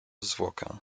zwłokę